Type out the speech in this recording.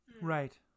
right